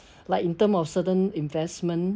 like in terms of certain investment